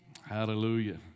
Hallelujah